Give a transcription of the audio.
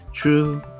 true